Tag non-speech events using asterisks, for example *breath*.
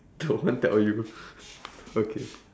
don't want tell you *breath* okay